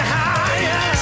higher